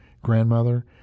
grandmother